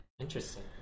interesting